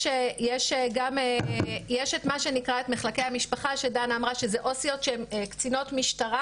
יש את מה שנקרא מחלקי המשפחה שדנה אמרה שהן עו"סיות שהן קצינות משטרה